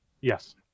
Yes